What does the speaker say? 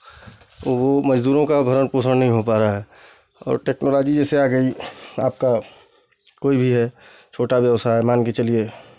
ओ वो मज़दूरों का भरण पोषण नहीं हो पा रहा है और टेक्नोलाॅजी जैसे आ गई आपका कोइ भी है छोटा व्यवसाय मानके चलिए